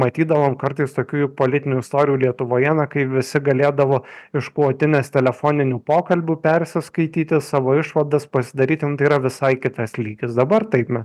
matydavom kartais tokių politinių istorijų lietuvoje na kai visi galėdavo išklotines telefoninių pokalbių persiskaityti savo išvadas pasidaryti nu tai yra visai kitas lygis dabar taip na